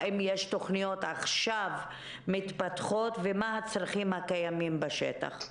האם יש עכשיו תוכניות שמתפתחות ומה הצרכים הקיימים בשטח.